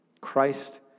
Christ